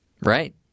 Right